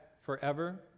forever